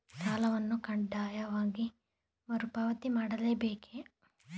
ಸಾಲವನ್ನು ಕಡ್ಡಾಯವಾಗಿ ಮರುಪಾವತಿ ಮಾಡಲೇ ಬೇಕೇ?